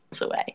away